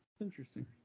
interesting